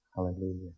Hallelujah